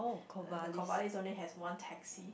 the the Corvallis only has one taxi